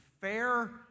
fair